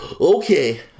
Okay